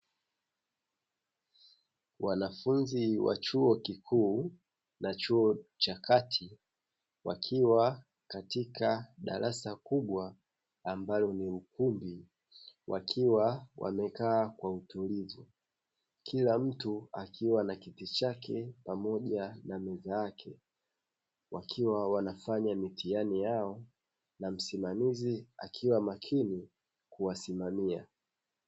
Wanafunzi wa chuo kikuu na chuo cha kati wakiwa katika darasa kubwa ambalo ni ukumbi wakiwa wamekaa kwa utulivu. Kila mtu akiwa na kiti chake pamoja na meza yake, wakiwa wanafanya mitihani yao na msimamizi akiwa makini kuwasimamia.